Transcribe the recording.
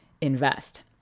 invest